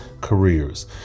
careers